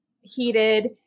heated